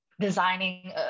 designing